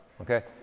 Okay